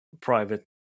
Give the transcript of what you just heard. private